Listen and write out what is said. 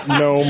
no